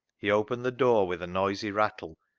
he opened the door with a noisy rattle,